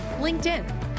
LinkedIn